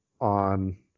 on